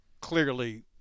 clearly